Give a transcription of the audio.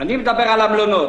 אני מדבר על המלונות.